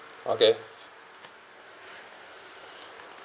okay